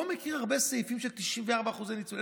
אני לא מכיר הרבה סעיפים של 94% ניצול.